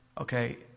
okay